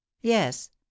yes